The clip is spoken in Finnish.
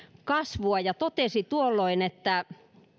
kasvua ja totesi tuolloin että